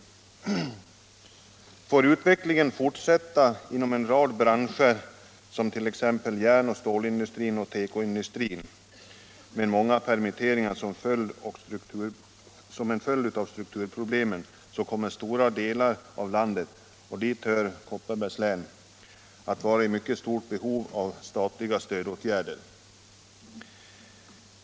Får den nuvarande utvecklingen fortsätta inom en rad branscher — t.ex. järn och stålindustrin och tekoindustrin — med många permitteringar som en följd av strukturproblem, så kommer stora delar av landet, inte minst Kopparbergs län, att vara i mycket stort behov av statliga stödåtgärder.